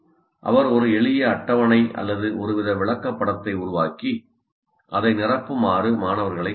அவர் ஒரு எளிய அட்டவணை அல்லது ஒருவித விளக்கப்படத்தை உருவாக்கி அதை நிரப்புமாறு மாணவர்களைக் கேட்கலாம்